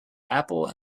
apple